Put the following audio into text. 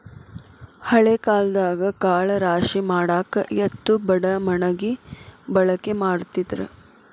ಹಳೆ ಕಾಲದಾಗ ಕಾಳ ರಾಶಿಮಾಡಾಕ ಎತ್ತು ಬಡಮಣಗಿ ಬಳಕೆ ಮಾಡತಿದ್ರ